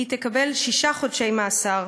היא תקבל שישה חודשי מאסר.